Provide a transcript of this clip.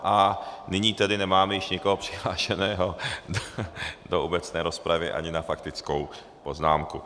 A nyní tedy nemáme již nikoho přihlášeného do obecné rozpravy ani na faktickou poznámku.